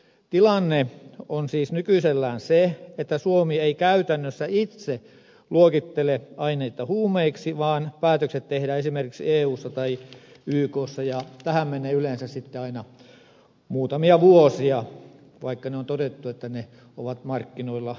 tilanne on siis nykyisellään se että suomi ei käytännössä itse luokittele aineita huumeiksi vaan päätökset tehdään esimerkiksi eussa tai ykssa ja tähän menee yleensä sitten aina muutamia vuosia vaikka on todettu että ne ovat markkinoilla leviämässä